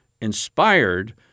inspired